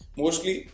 mostly